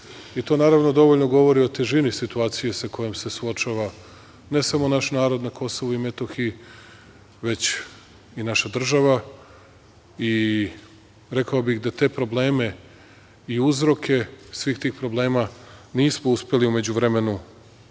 Naravno, to dovoljno govori o težini situacije sa kojom se suočava ne samo naš narod na Kosovu i Metohiji, već i naša država. Rekao bih da te probleme i uzroke svih tih problema nismo uspeli u međuvremenu